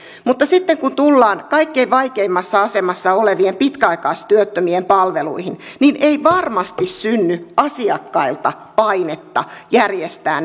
mutta sitten kun tullaan kaikkein vaikeimmassa asemassa olevien pitkäaikaistyöttömien palveluihin niin ei varmasti synny asiakkailta painetta järjestää